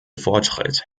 fortschritt